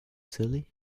silly